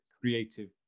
creative